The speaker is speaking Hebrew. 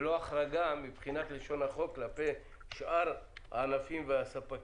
ולא החרגה מבחינת לשון החוק כלפי שאר ענפים והספקים.